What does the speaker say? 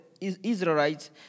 Israelites